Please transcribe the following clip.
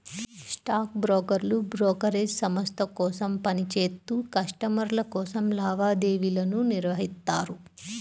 stock బ్రోకర్లు brokerage సంస్థ కోసం పని చేత్తూ కస్టమర్ల కోసం లావాదేవీలను నిర్వహిత్తారు